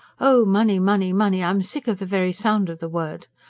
oh, money, money, money! i'm sick of the very sound of the word.